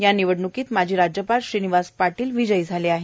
या निवडण्कीत माजी राज्यपाल श्रीनिवास पाटील हे विजयी झाले आहेत